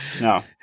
no